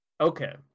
Okay